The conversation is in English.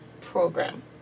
program